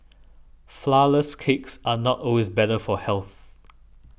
Flourless Cakes are not always better for health